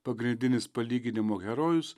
pagrindinis palyginimo herojus